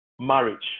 marriage